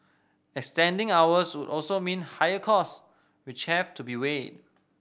extending hours would also mean higher cost which have to be weighed